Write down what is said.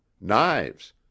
knives